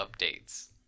updates